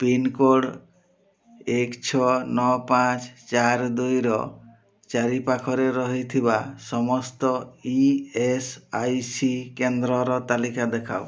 pincode ଏକ ଛଅ ନଅ ପାଞ୍ଚ ଚାରି ଦୁଇର ଚାରିପାଖରେ ରହିଥିବା ସମସ୍ତ ଇ ଏସ୍ ଆଇ ସି କେନ୍ଦ୍ରର ତାଲିକା ଦେଖାଅ